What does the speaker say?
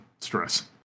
stress